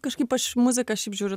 kažkaip aš į muzika šiaip žiūriu